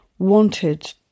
wanted